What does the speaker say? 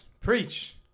Preach